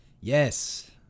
Yes